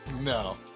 No